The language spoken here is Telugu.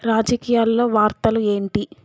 రాజకీయాల్లో వార్తలు ఏంటి